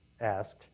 asked